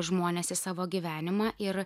žmones į savo gyvenimą ir